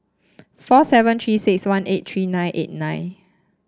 four seven Three six one eight three nine eight nine